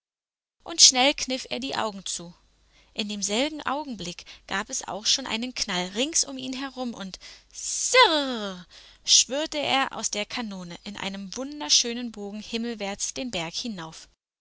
zu schnell kniff er die augen zu in demselben augenblick gab es auch schon einen knall rings um ihn herum und sirrrrrrr schwirrte er aus der kanone in einem wunderschönen bogen himmelwärts den berg hinauf